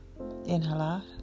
inhalar